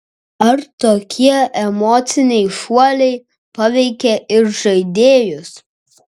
ar tokie emociniai šuoliai paveikia ir žaidėjus